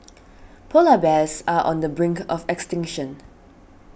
Polar Bears are on the brink of extinction